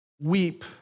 weep